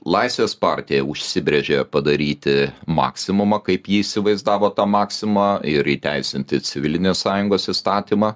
laisvės partija užsibrėžė padaryti maksimumą kaip ji įsivaizdavo tą maksimumą ir įteisinti civilinės sąjungos įstatymą